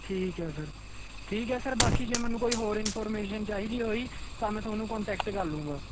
ਠੀਕ ਐ ਸਰ ਠੀਕ ਐ ਸਰ ਬਾਕੀ ਜੇ ਮੈਨੂੰ ਹਰ ਇਨਫੋਰਮੇਸ਼ਨ ਹੋਈ ਤਾਂ ਮੈਂ ਥੋਨੂੰ ਕੰਨਟੈਕਟ ਕਰ ਲੂਗਾ